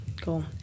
Cool